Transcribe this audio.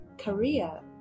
Korea